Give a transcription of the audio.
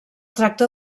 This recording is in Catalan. tracta